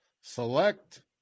select